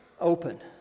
open